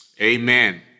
amen